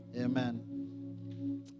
Amen